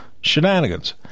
shenanigans